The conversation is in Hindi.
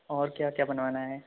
और क्या क्या बनवाना है